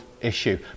issue